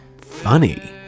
funny